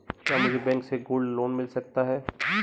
क्या मुझे बैंक से गोल्ड लोंन मिल सकता है?